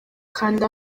kanda